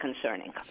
concerning